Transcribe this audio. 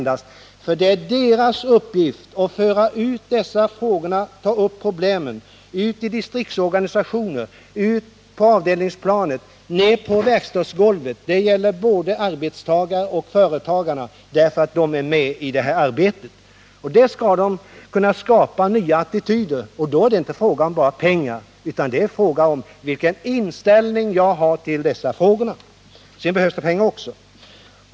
Det är deras uppgift att föra ut de här frågorna och ta upp problemen i distriktsorganisationer, på avdelningsplan, nere på verkstadsgolvet — frågorna gäller både arbetstagare och företagare, för de är med i det här arbetet. Där skall de kunna skapa nya attityder, och då är det inte fråga om bara pengar utan det är fråga om vilken inställning man har till dessa frågor. Sedan behövs det pengar också.